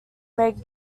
make